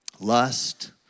lust